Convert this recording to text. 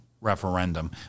referendum